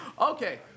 Okay